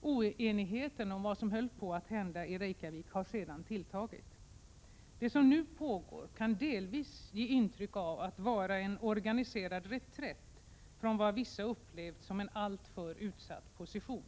Oenigheten om vad som höll på att hända i Reykjavik har sedan tilltagit. Det som nu pågår kan delvis ge intryck av att vara en organiserad reträtt från vad vissa upplevt som en alltför utsatt position.